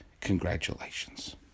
Congratulations